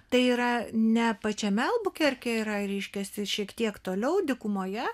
tai yra ne pačiame albukerke yra reiškias šiek tiek toliau dykumoje